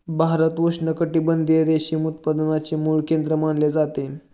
भारत उष्णकटिबंधीय रेशीम उत्पादनाचे मूळ केंद्र मानले जाते